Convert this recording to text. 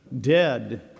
dead